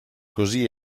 così